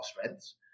strengths